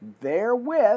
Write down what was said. therewith